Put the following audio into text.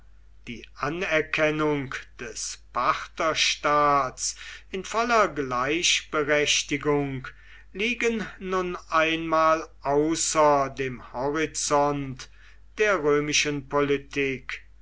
die anerkennung des partherstaats in voller gleichberechtigung liegen nun einmal außer dem horizont der römischen politik